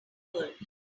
world